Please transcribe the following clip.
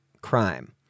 crime